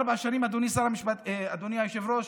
ארבע שנים, אדוני היושב-ראש,